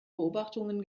beobachtungen